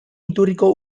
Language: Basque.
iturriko